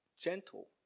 gentle